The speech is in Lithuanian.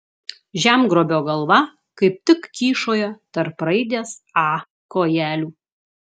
žemgrobio galva kaip tik kyšojo tarp raidės a kojelių